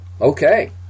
okay